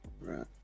right